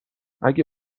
اگه